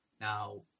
now